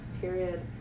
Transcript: Period